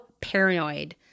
paranoid